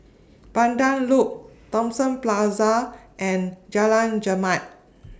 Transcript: Pandan Loop Thomson Plaza and Jalan Chermat